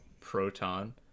Proton